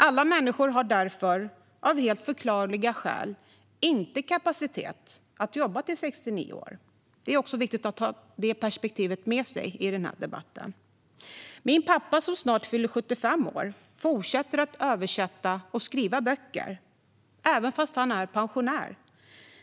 Alla människor har därför av helt förklarliga skäl inte kapacitet att jobba tills de är 69 år. Det är viktigt att ha det perspektivet med sig i den här debatten. Min pappa, som snart fyller 75 år, fortsätter att översätta och skriva böcker, fast han är pensionär.